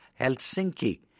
Helsinki